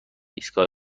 ایستگاه